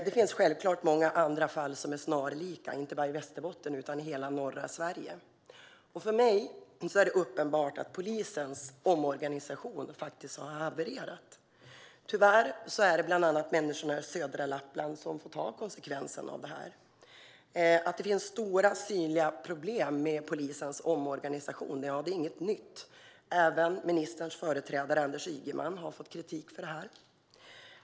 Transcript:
Det finns självklart många snarlika fall, inte bara i Västerbotten utan i hela norra Sverige. För mig är det uppenbart att polisens omorganisation har havererat. Tyvärr är det bland annat människorna i södra Lappland som får ta konsekvensen av det. Att det finns stora synliga problem med polisens omorganisation är inte något nytt. Även ministerns företrädare Anders Ygeman har fått kritik för detta.